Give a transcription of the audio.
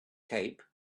cape